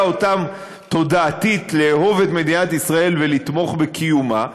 אותם תודעתית לאהוב את מדינת ישראל ולתמוך בקיומה,